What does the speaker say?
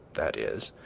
that is,